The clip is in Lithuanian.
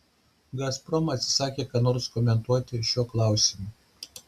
gazprom atsisakė ką nors komentuoti šiuo klausimu